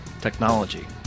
technology